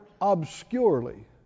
obscurely